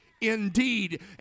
indeed